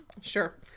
Sure